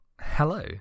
hello